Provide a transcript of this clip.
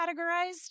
categorized